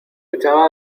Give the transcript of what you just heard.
echaba